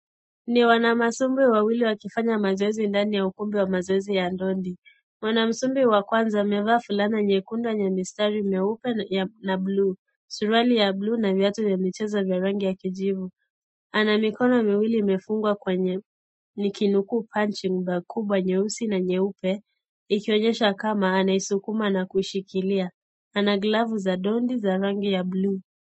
Ni wanamasumbwi wawili wakifanya mazoezi ndani ya ukumbi wa mazoezi ya ndondi . Mwanamsumbwi wa kwanza amevaa fulana nyekundu yenye mistari mieupe na blu suruali ya blu na viatu vya michezo vya rangi ya kijivu . Ana mikono miwili imefungwa kwenye nikinukuu punching bag kubwa nyeusi na nyeupe ikionyesha kama anaisukuma na kuishikilia , ana glavu za ndondi za rangi ya bluu.